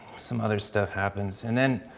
some other stuff happens and then